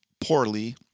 poorly